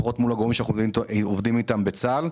לפחות מול הגורמים שאנחנו עובדים איתם בצה"ל,